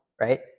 right